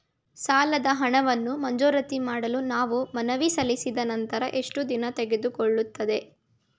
ಸಾಲದ ಹಣವನ್ನು ಮಂಜೂರಾತಿ ಮಾಡಲು ನಾವು ಮನವಿ ಸಲ್ಲಿಸಿದ ನಂತರ ಎಷ್ಟು ದಿನ ತೆಗೆದುಕೊಳ್ಳುತ್ತದೆ?